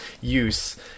use